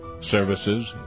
services